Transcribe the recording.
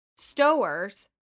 Stowers